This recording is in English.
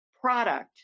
product